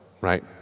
right